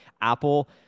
Apple